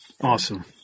Awesome